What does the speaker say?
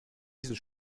diesen